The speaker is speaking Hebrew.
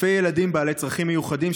אלפי ילדים בעלי צרכים מיוחדים,